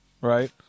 right